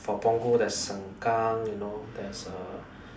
for Punggol there's Seng-Kang you know there's uh